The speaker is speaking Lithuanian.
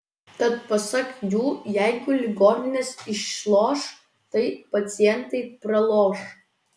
tad pasak jų jeigu ligoninės išloš tai pacientai praloš